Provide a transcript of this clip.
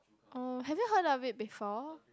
oh have you heard of it before